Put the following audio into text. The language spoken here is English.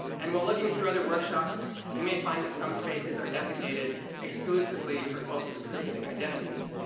and while looking through other workshops, you may find that some spaces are designated exclusively for folks of specific identities.